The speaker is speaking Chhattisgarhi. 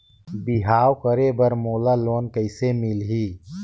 बिहाव करे बर मोला लोन कइसे मिलही?